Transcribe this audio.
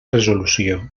resolució